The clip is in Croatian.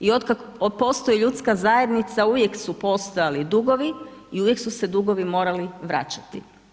I od kada postoji ljudska zajednica uvijek su postojali dugovi i uvijek su se dugovi morali vračati.